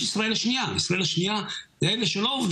האוצר לא הגיע, וזה דבר הזוי